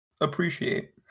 appreciate